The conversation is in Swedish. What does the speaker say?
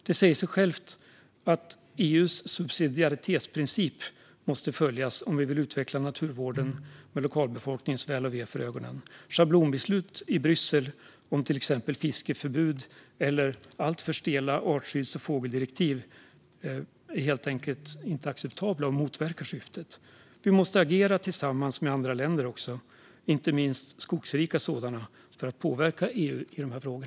Det säger sig självt att EU:s subsidiaritetsprincip måste följas om vi vill utveckla naturvården med lokalbefolkningens väl och ve för ögonen. Schablonbeslut i Bryssel om till exempel fiskeförbud eller alltför stela artskydds och fågeldirektiv är helt enkelt inte acceptabla, och de motverkar syftet. Vi måste agera tillsammans med andra länder, inte minst skogsrika sådana, för att påverka EU i dessa frågor.